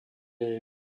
jej